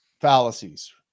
fallacies